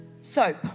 SOAP